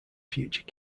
future